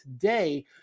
today